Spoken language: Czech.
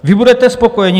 Vy budete spokojeni.